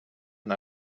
and